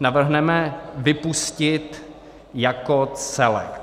navrhneme vypustit jako celek.